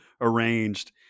arranged